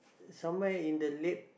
some where in the late